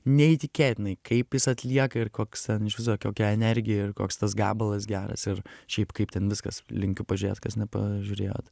neįtikėtinai kaip jis atlieka ir koks ten iš viso kokia energija ir koks tas gabalas geras ir šiaip kaip ten viskas linkiu pažiūrėt kas nepažiūrėjot